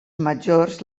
majors